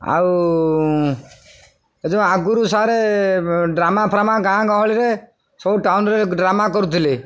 ଆଉ ଏ ଯେଉଁ ଆଗରୁ ସାରେ ଡ୍ରାମା ଫ୍ରାମା ଗାଁ ଗହଳିରେ ସବୁ ଟାଉନ୍ରେ ଡ୍ରାମା କରୁଥିଲେ